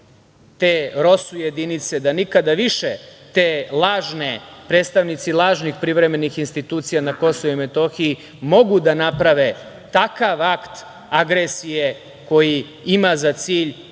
te ROSU jedinice, da nikada više te lažne, predstavnici lažnih privremenih institucija na KiM mogu da naprave takav akt agresije koji ima za cilj